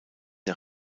der